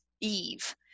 Eve